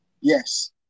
Yes